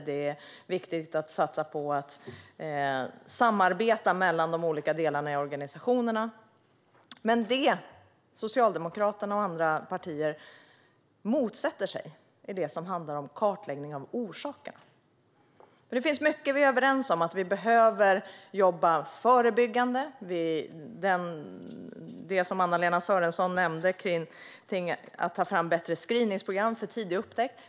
Det är också viktigt att satsa på att de olika delarna i organisationerna kan samarbeta. Men det som Socialdemokraterna och andra partier motsätter sig handlar om kartläggning av orsaken. Det finns mycket vi är överens om. En sak är att jobba förebyggande. En annan är det som Anna-Lena Sörenson tog upp vad gäller att ta fram bättre screeningprogram för tidig upptäckt.